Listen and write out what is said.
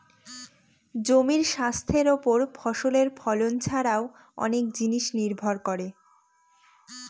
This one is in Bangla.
জমির স্বাস্থ্যের ওপর ফসলের ফলন ছারাও অনেক জিনিস নির্ভর করে